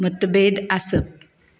मतभेद आसप